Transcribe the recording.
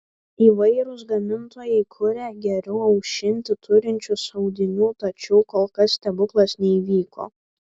įvairūs gamintojai kuria geriau aušinti turinčius audiniu tačiau kol kas stebuklas neįvyko